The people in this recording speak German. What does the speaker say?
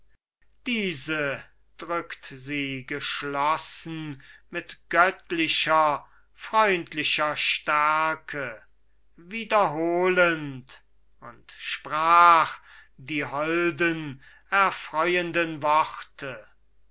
diese drückt sie geschlossen mit göttlicher freundlicher stärke wiederholend und sprach die holden erfreuenden worte